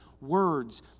words